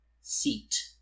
seat